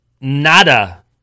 nada